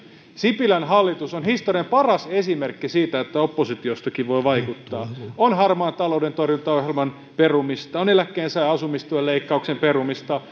sipilän hallitus on historian paras esimerkki siitä että oppositiostakin voi vaikuttaa on harmaan talouden torjuntaohjelman perumista on eläkkeensaajan asumistuen leikkauksen perumista